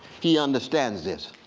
he understands this.